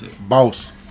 Boss